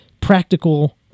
practical